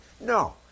no